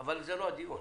אבל זה לא הדיון.